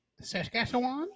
Saskatchewan